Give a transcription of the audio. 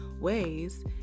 ways